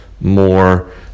more